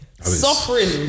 suffering